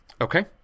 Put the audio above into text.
Okay